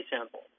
simple